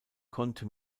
konnte